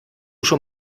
schon